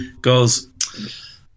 Goes